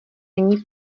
nyní